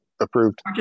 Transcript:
Approved